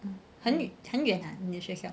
很远啊你的学校